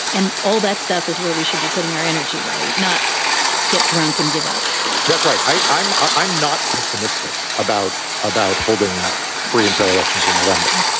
and all that stuff is where we should be putting our energy right. not get drunk and give up that's right. i'm i'm not pessimistic about about holding free and fair elections in november.